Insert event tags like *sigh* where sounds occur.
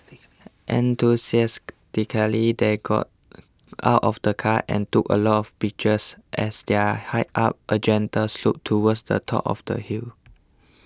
*unintelligible* they got out of the car and took a lot of pictures as their hiked up a gentle slope towards the top of the hill